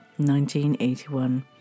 1981